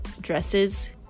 dresses